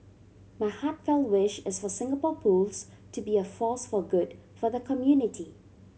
my heartfelt wish is for Singapore Pools to be a force for good for the community